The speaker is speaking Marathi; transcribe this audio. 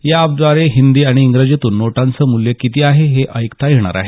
या एपद्वारे हिंदी आणि इंग्रजीतून नोटांचं मूल्य किती आहे ते ऐकता येणार आहे